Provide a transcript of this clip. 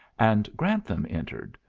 and grantham entered,